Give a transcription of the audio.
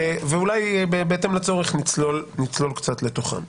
ובהתאם לצורך נצלול קצת לתוכן.